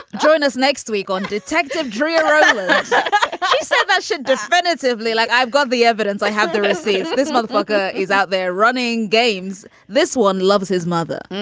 join us next week on detective dream ah she said that should definitively like i've got the evidence i have the receipt this motherfucker is out there running games. this one loves his mother.